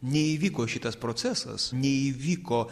neįvyko šitas procesas neįvyko